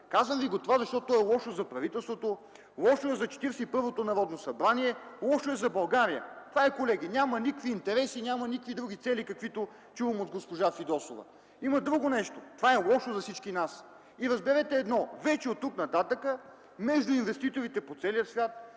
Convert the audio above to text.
Казвам това, защото е лошо за правителството, лошо е за Четиридесет и първото Народно събрание, лошо е за България. Това е, колеги! Няма никакви интереси, няма никакви други цели, каквито чувам от госпожа Фидосова. Има друго нещо. Това е лошо за всички нас! Разберете едно – вече оттук нататък между инвеститорите по целия свят